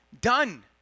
done